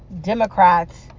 Democrats